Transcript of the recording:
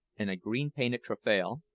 and a green-painted taffrail,